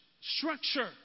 structure